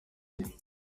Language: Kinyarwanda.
jye